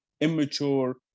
immature